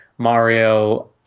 Mario